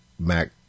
Mac